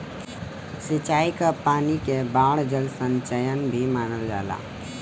सिंचाई क पानी के बाढ़ जल संचयन भी मानल जाला